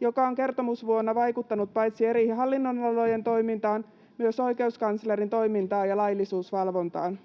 joka on kertomusvuonna vaikuttanut paitsi eri hallinnonalojen toimintaan myös oikeuskanslerin toimintaan ja laillisuusvalvontaan.